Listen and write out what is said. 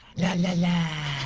yeah la la.